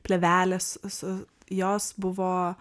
plėvelės su jos buvo